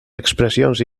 expressions